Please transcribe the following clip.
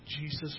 Jesus